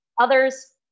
Others